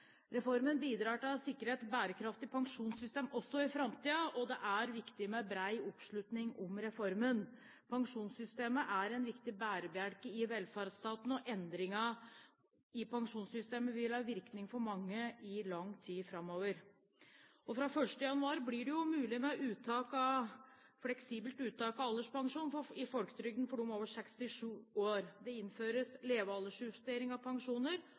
Reformen bidrar til å sikre et bærekraftig pensjonssystem også i framtiden, og det er viktig med bred oppslutning om reformen. Pensjonssystemet er en viktig bærebjelke i velferdsstaten, og endringene i pensjonssystemet vil ha virkning for mange i lang tid framover. Fra 1. januar blir det mulig med fleksibelt uttak av alderspensjon i folketrygden for dem over 62 år. Det innføres levealdersjustering av pensjoner,